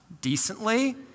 Decently